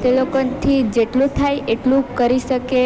તે લોકોથી જેટલું થાય એટલું કરી શકે